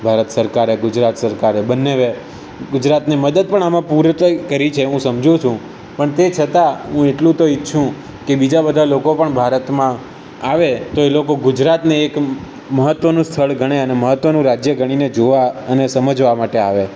ભારત સરકારે ગુજરાત સરકારે બન્નેેએ ગુજરાતને મદદ પણ આમાં પૂરી રીતે કરી છે હું સમજુ છું પણ તે છતાં હું એટલું તો ઈચ્છું કે બીજા બધા લોકો પણ ભારતમાં આવે તો એ લોકો ગુજરાતને એક મહત્ત્વનું સ્થળ ગણે અને મહત્ત્વનું રાજ્ય ગણીને જોવા અને સમજવા માટે આવે